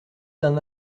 d’un